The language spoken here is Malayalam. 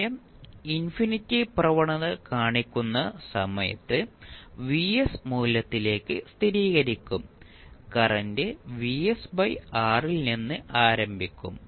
സമയം ഇൻഫിനിറ്റി പ്രവണത കാണിക്കുന്ന സമയത്ത് Vs മൂല്യത്തിലേക്ക് സ്ഥിരീകരിക്കും കറന്റ് ൽ നിന്ന് ആരംഭിക്കും